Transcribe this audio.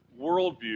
worldview